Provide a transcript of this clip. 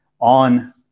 on